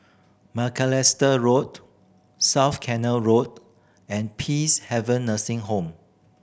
Macalister Road South Canal Road and Peacehaven Nursing Home